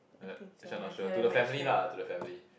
uh actually I not sure to the family lah to the family